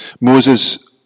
Moses